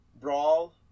brawl